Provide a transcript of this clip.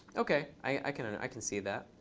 ok. i can and i can see that.